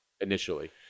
initially